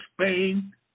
Spain